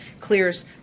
clears